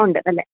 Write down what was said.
ഉണ്ട് അല്ലേ